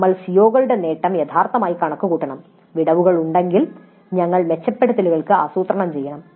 നമ്മൾ സിഒകളുടെ നേട്ടം യഥാർത്ഥമായി കണക്കുകൂട്ടണം വിടവുകളുണ്ടെങ്കിൽ ഞങ്ങൾ മെച്ചപ്പെടുത്തലുകൾക്ക് ആസൂത്രണം ചെയ്യണം